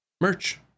merch